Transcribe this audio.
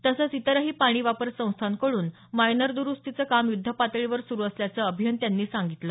तसंच इतरही पाणी वापर संस्थांकडून मायनर दुरुस्तीचं काम युद्ध पातळीवर सुरु असल्याचं अभियंत्यांनी सांगितलं